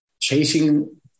chasing